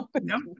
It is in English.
No